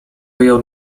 wyjął